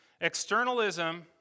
Externalism